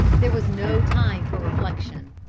there was no time for reflection.